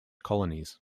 colonies